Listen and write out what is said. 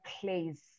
place